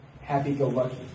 happy-go-lucky